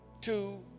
two